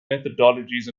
methodologies